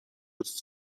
with